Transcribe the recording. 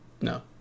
No